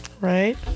right